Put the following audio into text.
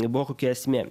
buvo kokia esmė